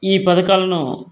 ఈ పథకాలను